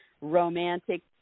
romantic